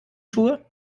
schuhe